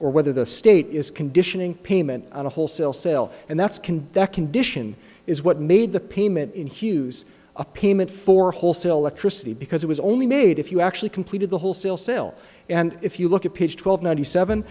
or whether the state is conditioning payment on a wholesale sell and that's conduct condition is what made the payment in hughes a payment for wholesale electricity because it was only made if you actually completed the whole sale still and if you look at page twelve ninety seven